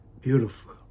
Beautiful